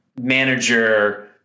manager